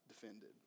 defended